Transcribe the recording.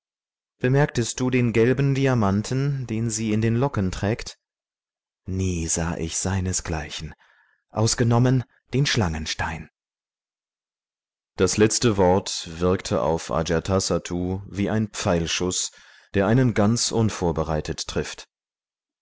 bemerktest du den gelben diamanten den sie in den locken trägt nie sah ich seinesgleichen ausgenommen den schlangenstein das letzte wort wirkte auf ajatasattu wie ein pfeilschuß der einen ganz unvorbereitet trifft